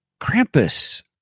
krampus